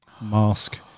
mask